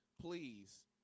please